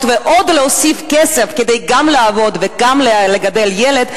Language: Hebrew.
ועוד להוסיף כסף כדי גם לעבוד וגם לגדל ילד,